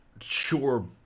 sure